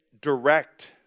direct